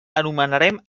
enumerarem